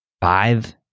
five